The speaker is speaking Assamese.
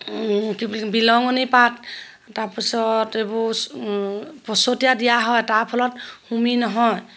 কি বুলি বিহলঙনি পাত তাৰপিছত এইবোৰ পচতীয়া দিয়া হয় তাৰ ফলত হুমি নহয়